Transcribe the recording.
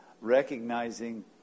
recognizing